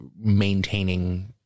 maintaining